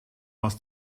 was